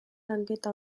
lanketa